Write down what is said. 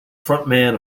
frontman